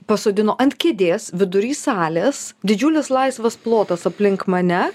pasodino ant kėdės vidury salės didžiulis laisvas plotas aplink mane